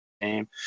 game